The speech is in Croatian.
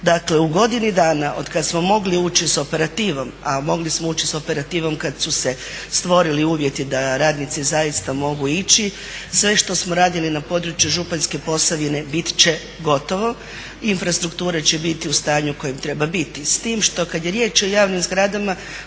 Dakle u godini dana od kada smo mogli ući sa operativom, a mogli smo ući sa operativom kada su se stvorili uvjeti da radnici zaista mogu ići sve što smo radili na području Županjske Posavine biti će gotovo. Infrastrukture će biti u stanju kojem treba biti.